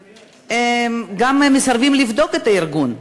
גם מסרבים לבדוק את הארגון,